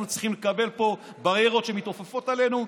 אנחנו צריכים לקבל פה בריירות שמתעופפות עלינו,